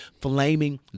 flaming